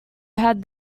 had